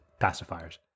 pacifiers